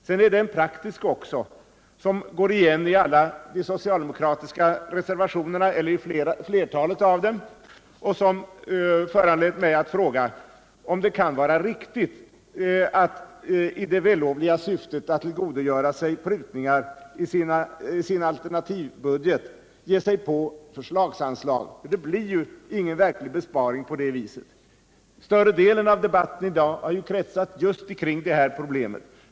Sedan är det en praktisk sida också, som går igen i flertalet socialdemokratiska reservationer och som föranleder mig att fråga om det kan vara riktigt att i det vällovliga syftet att tillgodogöra sig prutningar i alternativbudgeten ge sig på förslagsanslag. Det blir ju ingen verklig besparing på det viset. Större delen av debatten i dag har kretsat just kring det problemet.